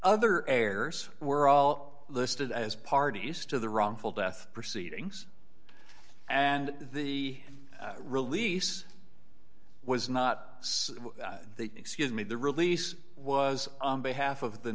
other errors were all listed as parties to the wrongful death proceedings and the release was not the excuse me the release was on behalf of the